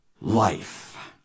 life